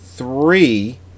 Three